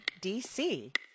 DC